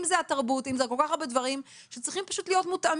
אם זה התרבות כל כך הרבה דברים שצריכים להיות מותאמים.